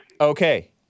Okay